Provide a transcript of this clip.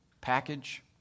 package